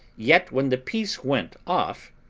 yet when the piece went off,